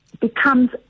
becomes